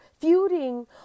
feuding